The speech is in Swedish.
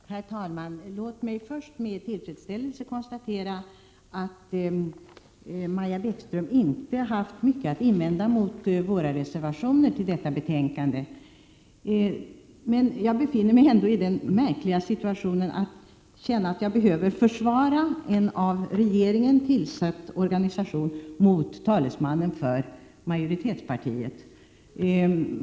Herr talman! Låt mig först med tillfredsställelse konstatera att Maja Bäckström inte haft mycket att invända mot våra reservationer till detta betänkande, men jag befinner mig ändå i den märkliga situationen att känna att jag behöver försvara en av regeringen tillsatt organisation mot talesmannen för majoritetspartiet.